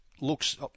looks